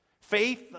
Faith